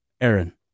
Aaron